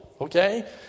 Okay